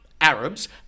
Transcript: Arabs